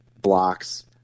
blocks